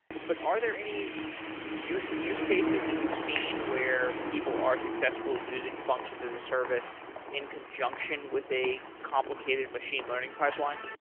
but are there any use use cases that you've seen where people are successful using functions as a service in conjunction with a complicated machine learning pipeline?